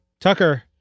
Tucker